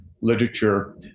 literature